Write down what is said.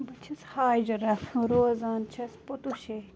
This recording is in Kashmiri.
بہٕ چھِس ہاجرہ روزان چھَس پُٹُشے